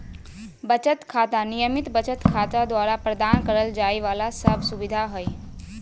बचत खाता, नियमित बचत खाता द्वारा प्रदान करल जाइ वाला सब सुविधा हइ